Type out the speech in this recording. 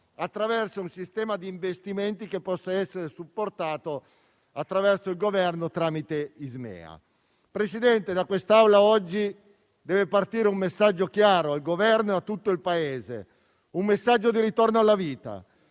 con un sistema di investimenti che possa essere supportato dal Governo tramite Ismea. Signor Presidente, da quest'Aula oggi deve partire un messaggio chiaro al Governo e a tutto il Paese, un messaggio di ritorno alla vita.